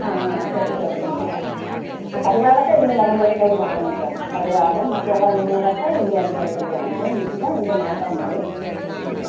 ആ ആ ശരി ശരി ഞാൻ വരാം ആ കരുവാട് ഒക്കെ ഇനി വരുമ്പോഴത്തേക്ക് വാങ്ങിക്കാം കരുവാടും മറ്റുള്ള മീനുകളൊക്കെ ഇനി വരുമ്പോഴത്തേക്ക് വാങ്ങിക്കാം ഇപ്പം ഇത് മാത്രം മതി ആ